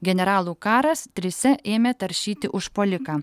generalų karas trise ėmė taršyti užpuoliką